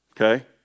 Okay